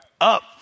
up